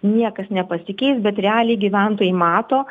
niekas nepasikeis bet realiai gyventojai mato